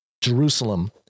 Jerusalem